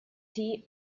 tea